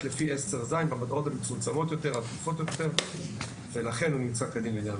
לפי 10ז במטרות המצומצמות יותר ולכן הוא נמצא כדין ל-...